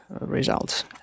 results